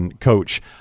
coach